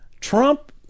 Trump